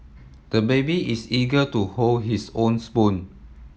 the baby is eager to hold his own spoon